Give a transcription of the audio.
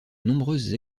nombreuses